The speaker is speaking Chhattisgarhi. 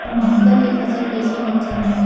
मक्का के फसल कइसे होथे?